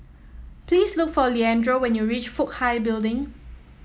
please look for Leandro when you reach Fook Hai Building